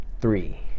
Three